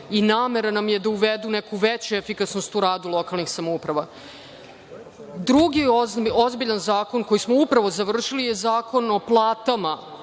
i namera nam je da uvedu neku veću efikasnost u radu lokalnih samouprava. Drugi ozbiljan zakon koji smo upravo završili je zakon o platama